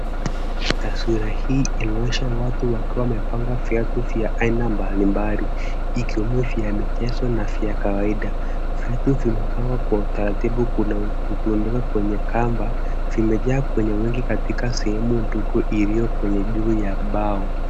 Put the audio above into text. Taswira hii inaonyesha watu wakiwa wamepanga viatu vya aina mbali mbali, ikiwemo vya michezo na vya kawaida. Vitu vimepangwa kwa utaratibu, kuna kutundika kwenye kamba , vimejaa kwenye wingi katika sehemu ndogo iliyo kwenye juu ya mbao.